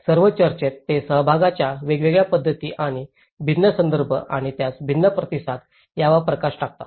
सर्व चर्चेत ते सहभागाच्या वेगवेगळ्या पद्धती आणि भिन्न संदर्भ आणि त्यास भिन्न प्रतिसाद यावर प्रकाश टाकतात